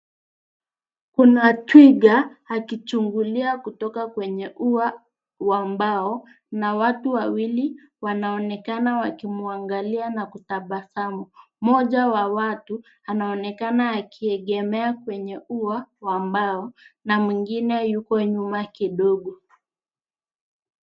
Kuna twiga akichungulia kutoka kwenye ua wa mbao na watu wawili wanaonekana wakimwangalia na kutabasamu. Mmoja wa watu anaonekana akiegemea kwenye ua wa mbao na mwengine yupo nyuma kidogo.